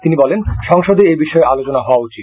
তিনি বলেন সংসদে এবিষয়ে আলোচনা হওয়া উচিত